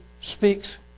speaks